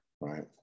Right